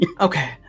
Okay